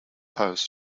post